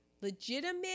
legitimate